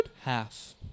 Half